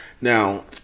Now